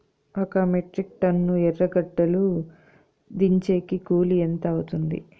ఒక metric tonne ఎర్రగడ్డలు దించేకి కూలి ఎంత అవుతుంది?